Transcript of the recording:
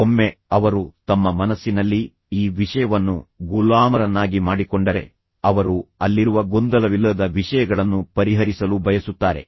ಒಮ್ಮೆ ಅವರು ತಮ್ಮ ಮನಸ್ಸಿನಲ್ಲಿ ಈ ವಿಷಯವನ್ನು ಗುಲಾಮರನ್ನಾಗಿ ಮಾಡಿಕೊಂಡರೆ ಅವರು ಅಲ್ಲಿರುವ ಗೊಂದಲವಿಲ್ಲದ ವಿಷಯಗಳನ್ನು ಪರಿಹರಿಸಲು ಬಯಸುತ್ತಾರೆ